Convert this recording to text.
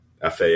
FAA